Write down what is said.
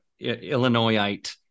Illinoisite